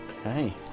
Okay